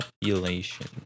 Population